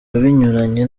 binyuranye